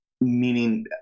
meaning